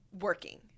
working